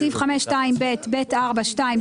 בסעיף 5(2)(ב)(ב4)(2),